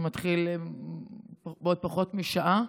שמתחיל בעוד פחות משעה,